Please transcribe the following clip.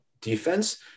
defense